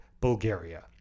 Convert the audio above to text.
Bulgaria